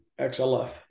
XLF